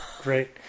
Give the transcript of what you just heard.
Great